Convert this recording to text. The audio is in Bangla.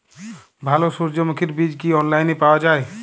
ভালো সূর্যমুখির বীজ কি অনলাইনে পাওয়া যায়?